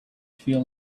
feel